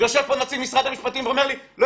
יושב פה נציג משרד המשפטים ואומר לי: לא